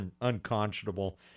unconscionable